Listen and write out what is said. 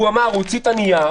הוא הוציא את הנייר